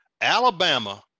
Alabama